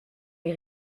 les